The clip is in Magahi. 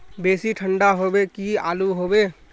बेसी ठंडा होबे की आलू होबे